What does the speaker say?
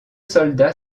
soldats